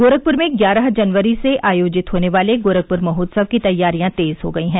गोरखपुर में ग्यारह जनवरी से आयोजित होने वाले गोरखपुर महोत्सव की तैयारियां तेज हो गयी हैं